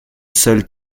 seul